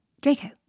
Draco